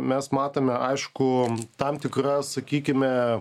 mes matome aišku tam tikras sakykime